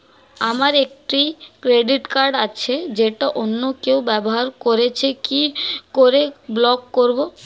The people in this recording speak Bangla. আমার একটি ক্রেডিট কার্ড আছে যেটা অন্য কেউ ব্যবহার করছে কি করে ব্লক করবো?